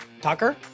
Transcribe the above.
Tucker